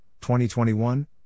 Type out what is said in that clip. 2021